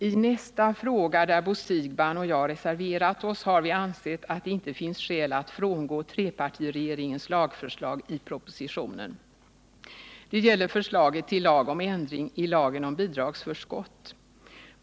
I nästa fråga där Bo Siegbahn och jag reserverat oss har vi ansett att det inte finns skäl att frångå trepartiregeringens lagförslag i propositionen. Det gäller förslaget till lag om ändring i lagen om bidragsförskott.